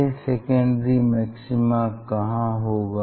यह secondary maxima कहाँ होगा